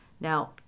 Now